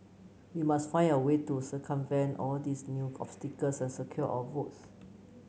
we must find a way to circumvent all these new obstacles and secure our votes